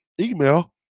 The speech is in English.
email